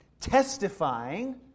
testifying